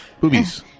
Boobies